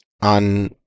on